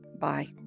bye